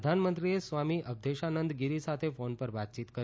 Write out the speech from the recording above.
પ્રધાનમંત્રીએ સ્વામી અવધેશાનંદ ગિરી સાથે ફોન પર વાતચીત કરી